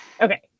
okay